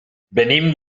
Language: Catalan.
venim